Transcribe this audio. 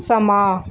ਸਮਾਂ